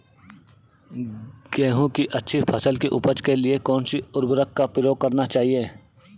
गेहूँ की अच्छी फसल की उपज के लिए कौनसी उर्वरक का प्रयोग करना चाहिए?